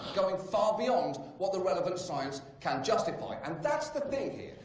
going far beyond what the relevant science can justify. and that's the thing here.